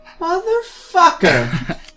Motherfucker